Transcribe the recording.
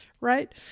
right